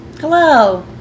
Hello